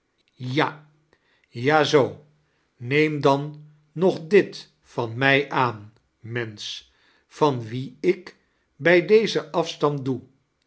ja ja zoo neem dan nog dit van mij aan mensch van wien ik bij deze afstand doe